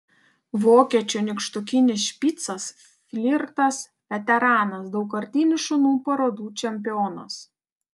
vokiečių nykštukinis špicas flirtas veteranas daugkartinis šunų parodų čempionas